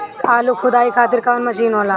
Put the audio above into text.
आलू खुदाई खातिर कवन मशीन होला?